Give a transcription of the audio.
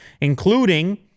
including